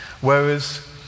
Whereas